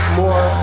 more